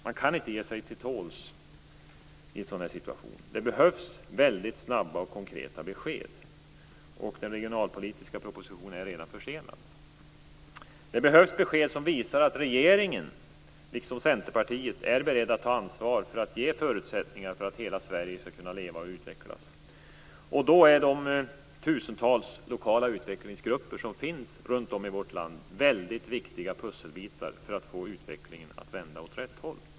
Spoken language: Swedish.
Man kan inte ge sig till tåls i en sådan situation. Det behövs väldigt snabba och konkreta besked. Den regionalpolitiska propositionen är redan försenad. Det behövs besked som visar att regeringen, liksom Centerpartiet, är beredd att ta ansvar för att ge förutsättningar så att hela Sverige kan leva och utvecklas. Då är de tusentals lokala utvecklingsgrupper som finns runt om i vårt land viktiga pusselbitar för att få utvecklingen att vända åt rätt håll.